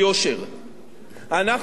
אנחנו מתכוונים לעמוד ביעד הזה,